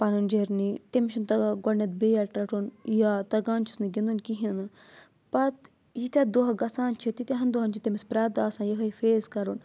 پَنُن جٕرنی تٔمِس چھُنہٕ تَگان گۄڈنؠتھ بیٹ رَٹُن یا تَگان چھُس نہٕ گِنٛدُن کِہیٖنۍ نہٕ پَتہٕ ییٖتیٛاہ دۄہ گژھان چھِ تِتیاہَن دۄہَن چھِ تٔمِس پرٛؠتھ دۄہ آسان یِہے فَیس کَرُن